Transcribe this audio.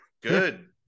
good